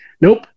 Nope